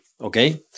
Okay